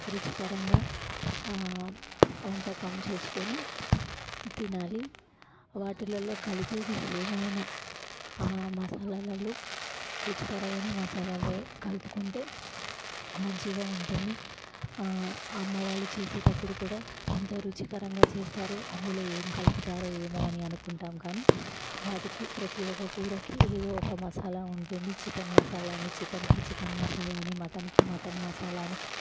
రుచికరంగా వంటకం చేసుకొని తినాలి వాటిలలో కలిపేవి ఏమైనా ఆ మసాలాలలో రుచికరమైన మసాలాలు కలుపుకుంటే మంచిగా ఉంటుంది అమ్మ వాళ్ళు చేసేటప్పుడు కూడా ఎంతో రుచికరంగా చేస్తారో అందులో ఏం కలుపుతారు ఏమో అని అనుకుంటాం కానీ వాటికి ప్రతి ఒక్క కూరకి ఏదో ఒక మసాలా ఉంటుంది చికెన్ మసాలాని చికెన్కి చికెన్ మసాలాని మటన్కి మటన్ మసాలాని